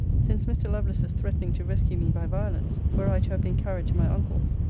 since mr. lovelace's threatening to rescue me by violence, were i to have been carried to my uncle's,